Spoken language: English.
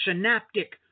synaptic